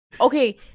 okay